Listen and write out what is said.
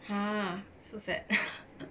!huh! so sad